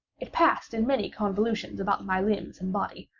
it passed in many convolutions about my limbs and body,